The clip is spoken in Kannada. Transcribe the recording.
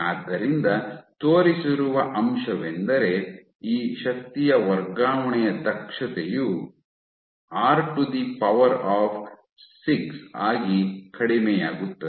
ಆದ್ದರಿಂದ ತೋರಿಸಿರುವ ಅಂಶವೆಂದರೆ ಈ ಶಕ್ತಿಯ ವರ್ಗಾವಣೆಯ ದಕ್ಷತೆಯು ಆರ್ ಟು ದಿ ಪವರ್ ಆ ಸಿಕ್ಸ್ ಆಗಿ ಕಡಿಮೆಯಾಗುತ್ತದೆ